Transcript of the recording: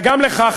וגם לך,